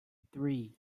three